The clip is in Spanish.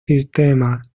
sistemas